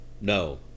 no